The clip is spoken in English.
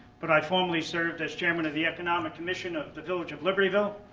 but i formally served as chairman of the economic commission of the village of libertyville,